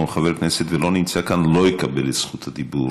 ולא נמצא כאן לא יקבל את זכות הדיבור